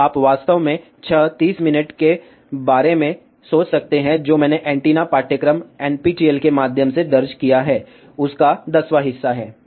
तो आप वास्तव में छह 30 मिनट के बारे में सोच सकते हैं जो मैंने एंटीना पाठ्यक्रम NPTEL के माध्यम से दर्ज किया है उसका दसवां हिस्सा है